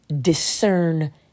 discern